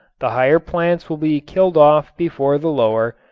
the higher plants will be killed off before the lower,